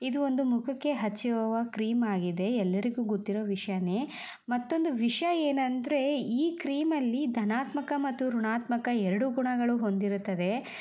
ಇದು ಒಂದು ಮುಖಕ್ಕೆ ಹಚ್ಚುವ ಕ್ರೀಮ್ ಆಗಿದೆ ಎಲ್ಲರಿಗೂ ಗೊತ್ತಿರೋ ವಿಷಯನೇ ಮತ್ತೊಂದು ವಿಷಯ ಏನಂದರೆ ಈ ಕ್ರೀಮಲ್ಲಿ ಧನಾತ್ಮಕ ಮತ್ತು ಋಣಾತ್ಮಕ ಎರಡೂ ಗುಣಗಳು ಹೊಂದಿರುತ್ತದೆ